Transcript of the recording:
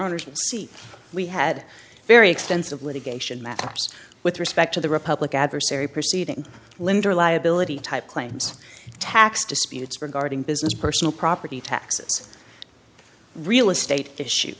urgency we had very expensive litigation matters with respect to the republic adversary proceeding linder liability type claims tax disputes regarding business personal property taxes real estate issue